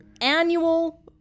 annual